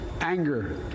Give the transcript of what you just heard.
anger